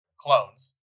clones